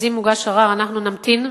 אז אם הוגש ערר, אנחנו נמתין.